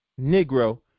Negro